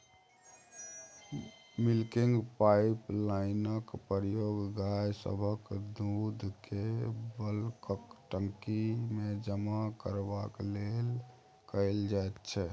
milking पाइपलाइनक प्रयोग गाय सभक दूधकेँ बल्कक टंकीमे जमा करबाक लेल कएल जाइत छै